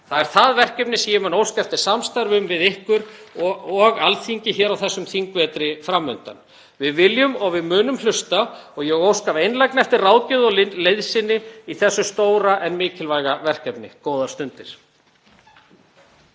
Það er það verkefni sem ég mun óska eftir samstarfi um við ykkur og Alþingi á þessum þingvetri fram undan. Við viljum og við munum hlusta og ég óska af einlægni eftir ráðgjöf og liðsinni í þessu stóra en mikilvæga verkefni. — Góðar stundir.